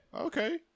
okay